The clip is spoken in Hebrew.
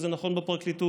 וזה נכון בפרקליטות